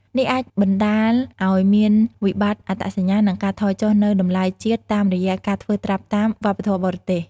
នេះអាចបណ្ដាលឱ្យមានវិបត្តិអត្តសញ្ញាណ និងការថយចុះនូវតម្លៃជាតិតាមរយៈការធ្វើត្រាប់តាមវប្បធម៌បរទេស។